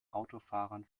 autofahrern